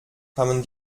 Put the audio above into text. kamen